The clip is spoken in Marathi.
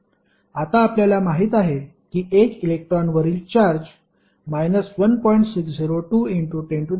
आता आपल्याला माहिती आहे की 1 इलेक्ट्रॉनवरील चार्ज 1